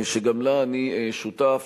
שגם לה אני שותף,